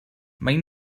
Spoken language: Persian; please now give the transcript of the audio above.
مگه